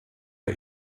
der